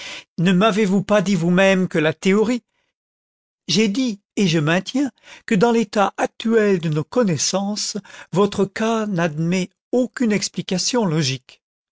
ne m'avezvous pas dit vous-même que la théorie j'ai dit et je maintiens que dans l'état actuel de nos connaissances votre cas n'admet aucune explication logique